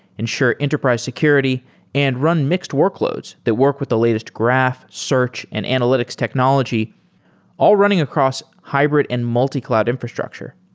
ensure enterprise security and run mixed workloads that work with the latest graph, search and analytics technology all running across hybrid and multi-cloud infrastructure.